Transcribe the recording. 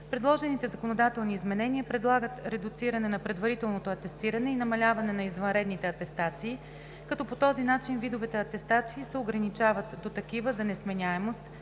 Предложените законодателни изменения предлагат редуциране на предварителното атестиране и намаляване на извънредните атестации, като по този начин видовете атестации се ограничават до такива за несменяемост,